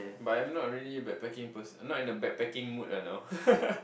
but I'm not really backpacking per~ not in the backpacking mood you know